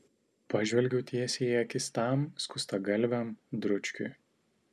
pažvelgiau tiesiai į akis tam skustagalviam dručkiui